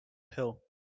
hill